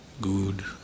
good